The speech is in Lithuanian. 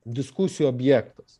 diskusijų objektas